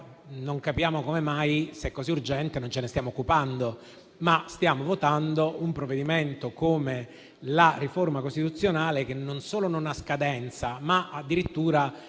non capiamo come mai, se è così urgente, non ce ne stiamo occupando e stiamo invece votando un provvedimento come la riforma costituzionale che non solo non ha scadenza, ma addirittura